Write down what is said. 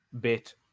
bit